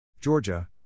Georgia